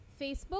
Facebook